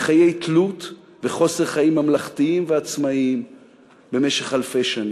מחיי תלות וחוסר חיים ממלכתיים ועצמאיים במשך אלפי שנים".